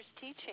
teaching